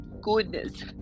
goodness